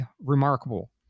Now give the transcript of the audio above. remarkable